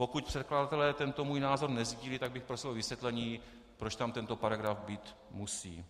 Pokud předkladatelé tento můj názor nesdílí, tak bych prosil o vysvětlení, proč tam tento paragraf být musí.